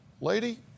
Lady